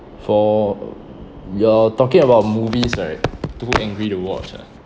for you're talking about movies right too angry to watch ah